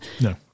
No